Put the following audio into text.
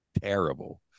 terrible